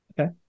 okay